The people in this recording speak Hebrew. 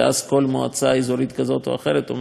אזורית כזאת או אחרת אומרת לא "לא אצלנו",